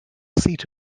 seat